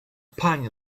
pang